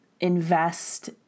invest